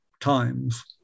times